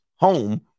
home